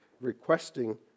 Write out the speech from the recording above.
requesting